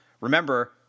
Remember